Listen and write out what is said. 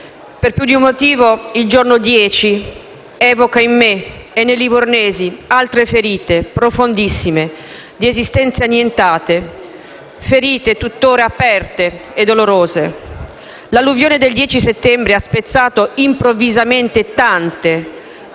Per più di un motivo il giorno 10 evoca in me e nei livornesi altre ferite, profondissime, di esistenze annientate; ferite tuttora aperte e dolorose. L'alluvione del 10 settembre ha spezzato improvvisamente tante,